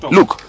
Look